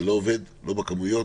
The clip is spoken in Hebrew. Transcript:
ולא עובד, לא בכמויות,